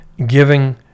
giving